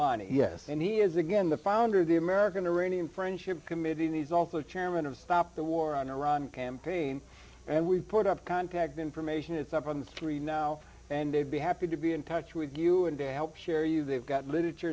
money yes and he is again the founder of the american arena and friendship committee in these also chairman of stop the war on iran campaign and we put up contact information it's up on the three now and they'd be happy to be in touch with you and to help share you they've got literature